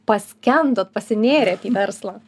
paskendot pasinėrėt į verslą